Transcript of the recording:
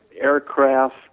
aircraft